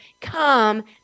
come